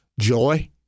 Joy